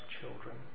children